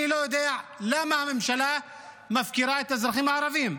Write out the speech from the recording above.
אני לא יודע למה הממשלה מפקירה את האזרחים הערבים,